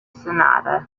sonata